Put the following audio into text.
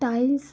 tiles